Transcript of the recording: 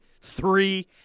three